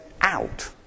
out